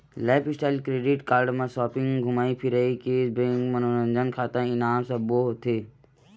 lifestyle credit card म shopping, धूमई फिरई, केस बेंक, मनोरंजन, खाना, इनाम सब्बो होथे